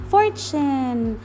Fortune